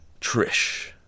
Trish